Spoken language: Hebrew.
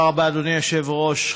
תודה רבה, אדוני היושב-ראש.